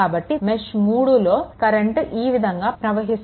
కాబట్టి మెష్3 లో కరెంట్ ఈ విధంగా ప్రవహిస్తోంది